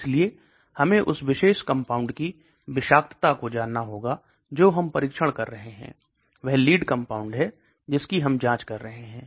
इसलिए हमें उस विशेष कंपाउंड की विषाक्तता को जानना होगा जो हम परीक्षण कर रहे हैं कि वह लीड कंपाउंड है जिसकी हम जांच कर रहे है